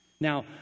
Now